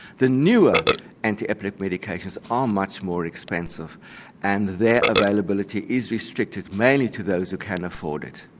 the newer anti-epileptic medications are much more expensive and their availability is restricted mainly to those who can afford it.